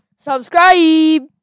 Subscribe